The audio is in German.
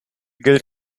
gilt